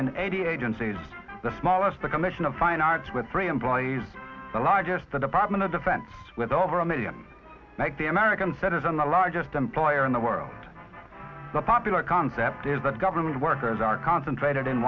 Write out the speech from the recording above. in eighty agencies the smallest the commission of fine arts with three employees the largest the department of defense with over a million like the american citizen the largest employer in the world the popular concept is that government workers are concentrated in